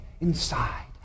inside